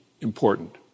important